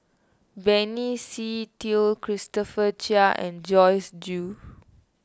Benny Se Teo Christopher Chia and Joyce Jue